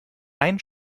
ein